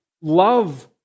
love